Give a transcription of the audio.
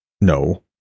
no